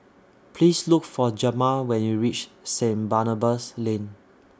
Please Look For Jamar when YOU REACH Saint Barnabas Lane